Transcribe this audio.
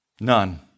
None